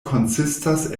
konsistas